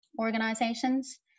organizations